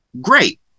great